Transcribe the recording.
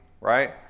right